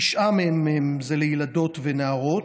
תשעה מהם לילדות ונערות.